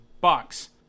box